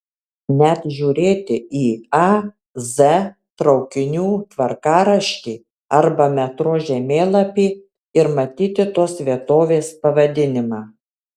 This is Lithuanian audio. net žiūrėti į a z traukinių tvarkaraštį arba metro žemėlapį ir matyti tos vietovės pavadinimą